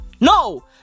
No